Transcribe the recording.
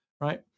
right